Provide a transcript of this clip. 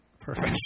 Perfect